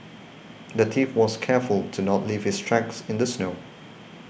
the thief was careful to not leave his tracks in the snow